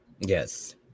Yes